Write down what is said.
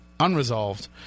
Unresolved